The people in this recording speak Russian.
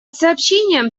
сообщениям